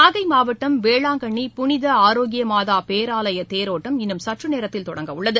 நாகை மாவட்டம் வேளாங்கண்ணி புனித ஆரோக்கியமாதா பேராலய தேரோட்டம் இன்னும் சற்றநேரத்தில் தொடங்க உள்ளது